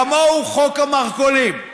כמוהו חוק המרכולים,